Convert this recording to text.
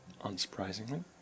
unsurprisingly